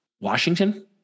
Washington